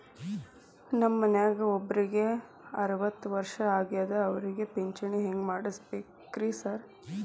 ನಮ್ ಮನ್ಯಾಗ ಒಬ್ರಿಗೆ ಅರವತ್ತ ವರ್ಷ ಆಗ್ಯಾದ ಅವ್ರಿಗೆ ಪಿಂಚಿಣಿ ಹೆಂಗ್ ಮಾಡ್ಸಬೇಕ್ರಿ ಸಾರ್?